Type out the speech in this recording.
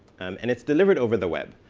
and it's delivered over the web.